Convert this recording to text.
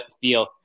feel